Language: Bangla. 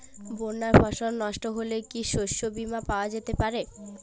বন্যায় ফসল নস্ট হলে কি শস্য বীমা পাওয়া যেতে পারে?